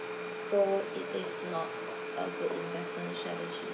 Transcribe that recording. so it is not a good investment strategy